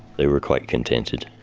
they were quite contented.